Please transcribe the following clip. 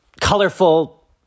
colorful